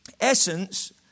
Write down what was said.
essence